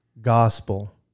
gospel